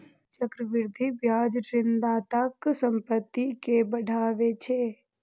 चक्रवृद्धि ब्याज ऋणदाताक संपत्ति कें बढ़ाबै छै